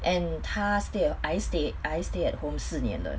and 他 stay I stay I stay at home 四年了